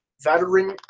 veteran